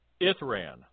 Ithran